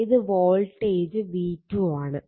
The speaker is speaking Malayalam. ഇത് വോൾട്ടേജ് v2 ആണ്